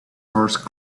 horse